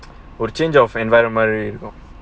or a change of environment you know